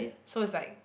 so it's like